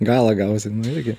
galą gausi nu irgi